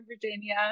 Virginia